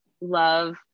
love